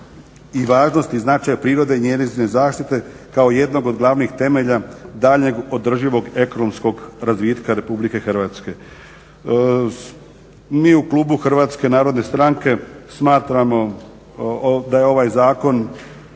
i važnost i značaj prirode i njezine zaštite kao jednog od glavnih temelja daljnjeg održivog ekonomskog razvitka Republike Hrvatske. Mi u klubu Hrvatske narodne stranke smatramo da je ovaj zakon